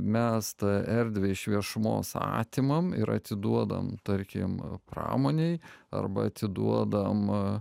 mes tą erdvę iš viešumos atimam ir atiduodam tarkim pramonei arba atiduodam